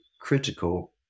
critical